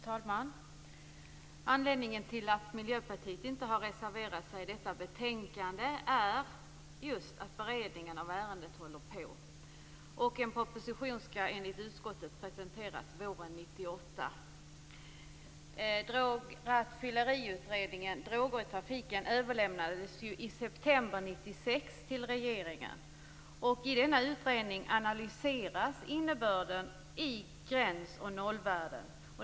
Fru talman! Anledningen till att Miljöpartiet inte har reserverat sig i detta betänkande är just att beredningen av ärendet pågår. En proposition skall enligt utskottet presenteras våren 1998. Drograttfylleriutredningens betänkande Droger i trafiken överlämnades ju i september 1996 till regeringen. Denna utredning har analyserat innebörden i gräns och nollvärden.